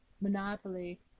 monopoly